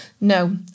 No